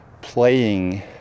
playing